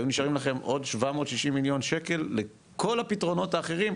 היו נשארים לכם עוד 760 מיליון שקל לכל הפתרונות האחרים,